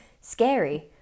scary